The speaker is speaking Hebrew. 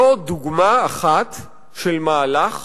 זו דוגמה אחת של מהלך